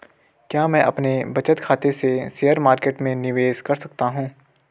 क्या मैं अपने बचत खाते से शेयर मार्केट में निवेश कर सकता हूँ?